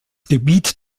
gebiet